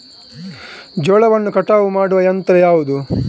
ಜೋಳವನ್ನು ಕಟಾವು ಮಾಡುವ ಯಂತ್ರ ಯಾವುದು?